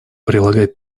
прилагать